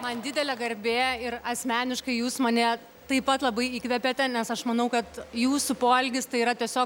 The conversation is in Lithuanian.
man didelė garbė ir asmeniškai jūs mane taip pat labai įkvepiate nes aš manau kad jūsų poelgis tai yra tiesiog